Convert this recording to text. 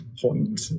point